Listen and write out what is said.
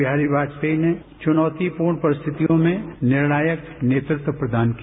अटल बिहारी वाजपेयी जी ने चुनौती पूर्ण परिस्थितियों में निणार्यक नेतृत्व प्रदान किया